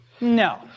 No